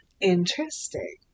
Interesting